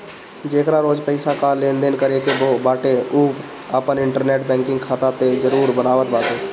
जेकरा रोज पईसा कअ लेनदेन करे के बाटे उ आपन इंटरनेट बैंकिंग खाता तअ जरुर बनावत बाटे